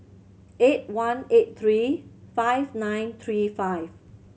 eight one eight three five nine three five